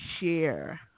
share